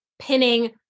pinning